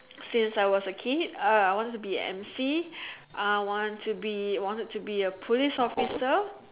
since I was a kid uh I wanted to be an emcee I wanted to be want to be a police officer